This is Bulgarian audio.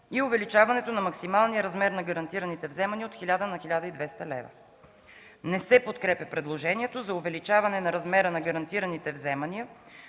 и увеличаването на максималния размер на гарантираните вземания от 1000 на 1200 лв. Не се подкрепя предложението за увеличаване на размера на гарантираните вземания